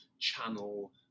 channel